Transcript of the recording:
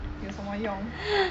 有什么用